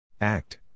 Act